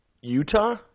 Utah